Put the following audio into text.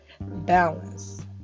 balance